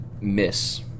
miss